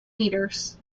meters